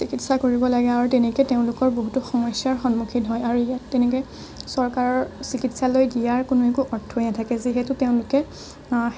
চিকিৎসা কৰিব লাগে আৰু তেনেকে তেওঁলোকৰ বহুতো সমস্যাৰ সন্মুখীন হয় আৰু ইয়াত তেনেকে চৰকাৰৰ চিকিৎসালয় দিয়াৰ কোনো একো অৰ্থই নাথাকে যিহেতু তেওঁলোকে